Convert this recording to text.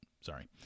Sorry